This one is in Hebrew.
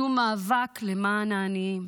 שום מאבק למען העניים,